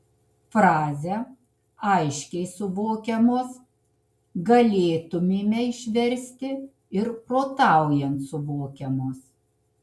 frazę aiškiai suvokiamos galėtumėme išversti ir protaujant suvokiamos